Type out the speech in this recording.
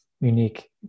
unique